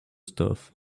stuff